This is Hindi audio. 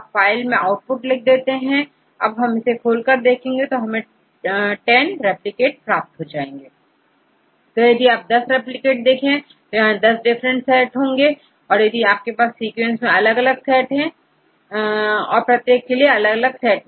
अब फाइल में आउटपुट लिख लेते हैं अब हम इसे खोल कर देखेंगे तो हमें 10 रिप्लिकेट प्राप्त होंगे तो यदि आप10 रिप्लिकेट देखें यहां10 डिफरेंट सेट होंगे या आपके सीक्वेंस के प्रत्येक सेट